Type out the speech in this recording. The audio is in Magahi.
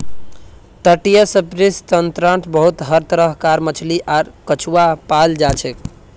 तटीय परिस्थितिक तंत्रत बहुत तरह कार मछली आर कछुआ पाल जाछेक